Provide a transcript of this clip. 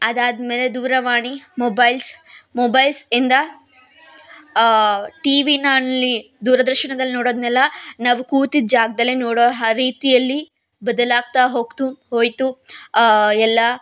ಅದಾದ ಮೇಲೆ ದೂರವಾಣಿ ಮೊಬೈಲ್ಸ್ ಮೊಬೈಲ್ಸಿಂದ ಟಿವಿನಲ್ಲಿ ದೂರದರ್ಶನದಲ್ಲಿ ನೋಡೋದನ್ನೆಲ್ಲ ನಾವು ಕೂತಿದ್ದ ಜಾಗದಲ್ಲೇ ನೋಡೋ ಆ ರೀತಿಯಲ್ಲಿ ಬದಲಾಗ್ತಾ ಹೋಯ್ತು ಹೋಯಿತು ಎಲ್ಲ